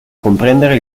comprendere